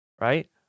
right